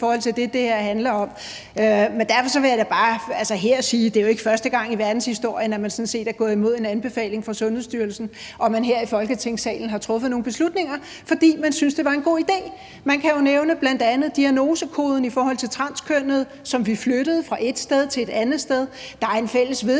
forhold til det, det her handler om. Derfor vil jeg da bare her sige, at det jo ikke er første gang i verdenshistorien, man sådan set er gået imod en anbefaling fra Sundhedsstyrelsen og man her i Folketingssalen har truffet nogle beslutninger, fordi man syntes, det var en god idé. Man kan jo nævne bl.a. diagnosekoden i forhold til transkønnede, som vi flyttede fra ét sted til et andet sted. Der er en fælles vedtagelse